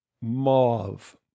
mauve